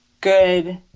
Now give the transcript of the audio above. good